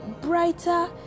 brighter